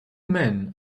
men